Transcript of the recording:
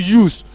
use